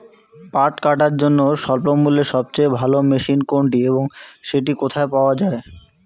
পাট কাটার জন্য স্বল্পমূল্যে সবচেয়ে ভালো মেশিন কোনটি এবং সেটি কোথায় পাওয়া য়ায়?